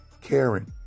caring